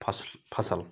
फ़स्ल फ़सल